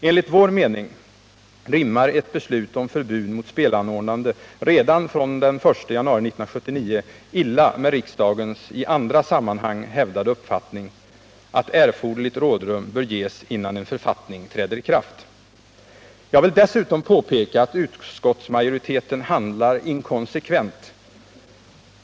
Enligt vår mening rimmar ett beslut om förbud mot spelanordnande redan från den 1 januari 1979 illa med riksdagens i andra sammanhang hävdade uppfattning att erforderligt rådrum bör ges innan en författning Nr 43 träder i kraft. Jag vill dessutom påpeka att utskottsmajoriteten handlar inkonsekvent.